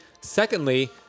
Secondly